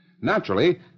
Naturally